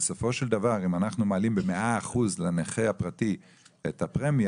בסופו של דבר אם אנחנו מעלים את הפרמיה לנכה הפרטי ב- 100%,